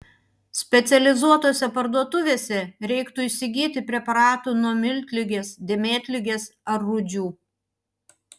specializuotose parduotuvėse reiktų įsigyti preparatų nuo miltligės dėmėtligės ar rūdžių